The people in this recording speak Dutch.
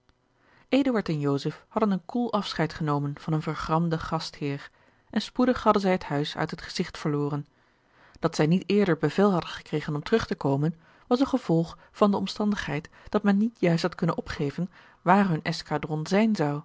en joseph hadden een koel afscheid genomen van hun vergramden gastheer en spoedig hadden zij het huis uit het gezigt verloren dat zij niet eerder bevel hadden gekregen om terug te komen was een gevolg van de omstandigheid dat men george een ongeluksvogel niet juist had kunnen opgeven waar hun eskadron zijn